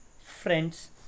friends